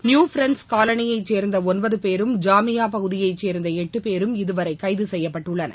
New Friends காலனியைச்சேர்ந்தஒன்பதுபேரும் ஜாமியாபகுதியைச்சேர்ந்தளட்டுபேரும் இதுவளரகைதசெய்யப்பட்டுள்ளனர்